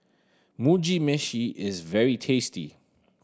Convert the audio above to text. Mugi Meshi is very tasty